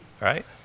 Right